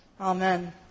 Amen